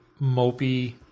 mopey